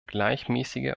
gleichmäßige